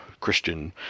Christian